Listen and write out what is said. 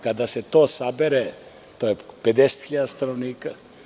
Kada se to sabere, to je 50.000 stanovnika.